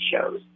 shows